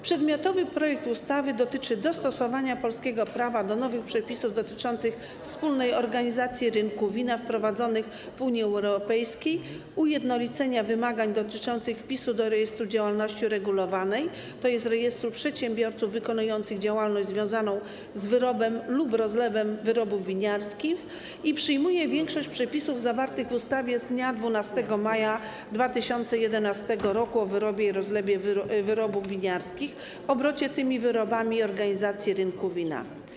Przedmiotowy projekt ustawy dotyczy dostosowania polskiego prawa do nowych przepisów odnoszących się do wspólnej organizacji rynku wina wprowadzonych w Unii Europejskiej, ujednolicenia wymagań dotyczących wpisu do rejestru działalności regulowanej, tj. rejestru przedsiębiorców wykonujących działalność związaną z wyrobem lub rozlewem wyrobów winiarskich, i przyjmuje większość przepisów zawartych w ustawie z dnia 12 maja 2011 r. o wyrobie i rozlewie wyrobów winiarskich, obrocie tymi wyrobami i organizacji rynku wina.